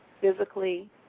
physically